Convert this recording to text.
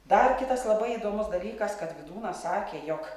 dar kitas labai įdomus dalykas kad vydūnas sakė jog